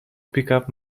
pickup